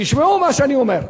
תשמעו מה שאני אומר,